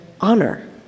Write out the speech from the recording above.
honor